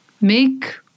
Make